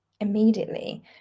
immediately